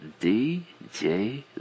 DJ